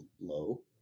low